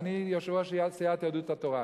ואני יושב-ראש סיעת יהדות התורה,